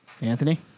Anthony